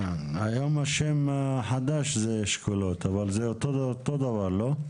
היום השם החדש זה אשכולות, אבל זה אותו דבר, לא?